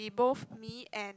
in both me and